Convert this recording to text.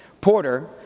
Porter